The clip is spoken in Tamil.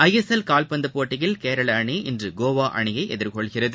ஐஎஸ்எல் கால்பந்து போட்டியில் கேரள அணி இன்று கோவா அணியை எதிர்கொள்கிறது